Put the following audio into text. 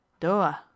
Doa